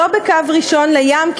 לא בקו ראשון לים,